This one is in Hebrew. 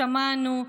שמענו,